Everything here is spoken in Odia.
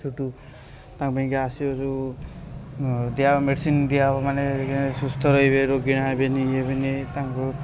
ସେଇଠୁ ତାଙ୍କ ପାଇଁକା ଆସିବ ସବୁ ଦିଆହେବ ମେଡ଼ିସିନ୍ ଦିଆହେବ ମାନେ କେଁ ସୁସ୍ଥ ରହିବେ ରୋଗୀଣା ହେବେନି ଇଏ ହେବେନି ତାଙ୍କୁ